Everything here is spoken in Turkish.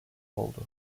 oldu